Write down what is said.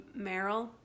Meryl